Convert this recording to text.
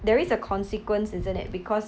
there is a consequence isn't it because